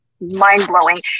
mind-blowing